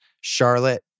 Charlotte